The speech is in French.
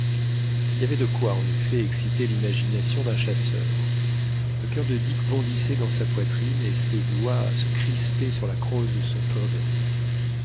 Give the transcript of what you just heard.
il y avait de quoi en effet exciter l'imagination d'un chasseur le cur de dick bondissait dans sa poitrine et ses doigts se crispaient sur la crosse de son purdey